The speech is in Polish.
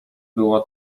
było